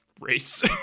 race